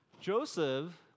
Joseph